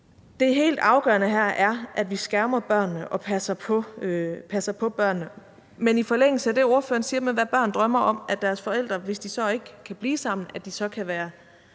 Det helt afgørende her er, at vi skærmer børnene og passer på børnene, men i forlængelse af det, som ordføreren siger med, hvad børn drømmer om, altså at deres forældre, hvis de ikke kan blive sammen, så kan være